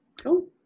Cool